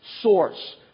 source